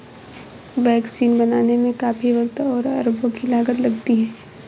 vaccine बनाने में काफी वक़्त और अरबों की लागत लगती है